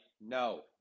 No